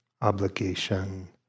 obligation